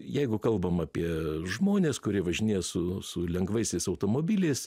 jeigu kalbam apie žmones kurie važinėja su su lengvaisiais automobiliais